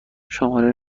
شماره